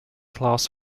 class